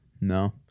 No